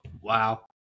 Wow